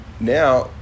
Now